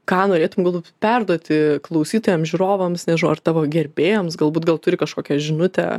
ką norėtum galbūt perduoti klausytojam žiūrovams nežinau ar tavo gerbėjams galbūt gal turi kažkokią žinutę